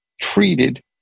treated